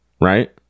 right